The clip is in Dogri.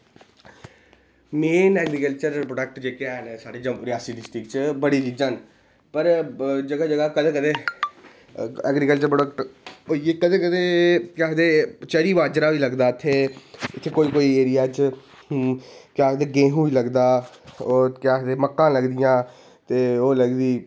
मेन एग्रीकल्चर प्रोडक्ट हैन जेह्ड़े साढ़े रियासी डिस्ट्रिक्ट च बड़ियां चीज़ां न पर जगह जगह कदें कदें एग्रीकल्चर प्रोडक्ट होइये कदें कदें भी आक्खदे च'री बाजरा बी लगदा इत्थै इत्थै कोई कोई एरिया च आखदे गेंहु बी लगदा होर केह् आखदे मक्कां लगदियां ते ओह् लगदी